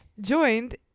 joined